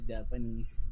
Japanese